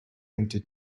into